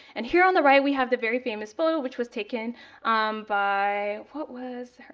and here on the right, we have the very famous photo, which was taken by what was